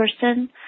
person